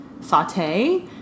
saute